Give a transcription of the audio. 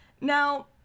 Now